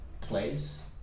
place